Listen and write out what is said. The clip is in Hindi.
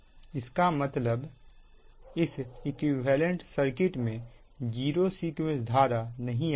इसका मतलब इस इक्विवेलेंट सर्किट में जीरो सीक्वेंस धारा नहीं आएगा